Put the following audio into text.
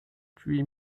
huit